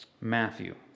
Matthew